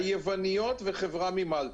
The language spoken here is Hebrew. היווניות וחברה ממלטה.